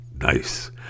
Nice